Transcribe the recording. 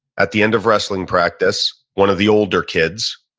at the end of wrestling practice, one of the older kids,